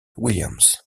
williams